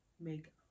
make